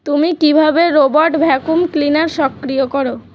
তুমি কীভাবে robot vacuum cleaner সক্রিয় করো